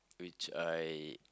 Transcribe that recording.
which I